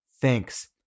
thanks